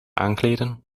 aankleden